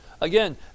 Again